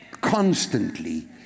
constantly